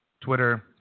Twitter